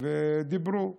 ודיברו עליהם.